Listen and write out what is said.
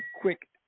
quick